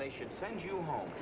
they should send you home